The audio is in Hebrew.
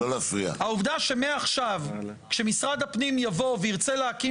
העובדה שמעכשיו כשמשרד הפנים יבוא וירצה להקים